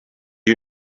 you